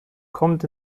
kommt